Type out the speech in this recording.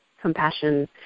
compassion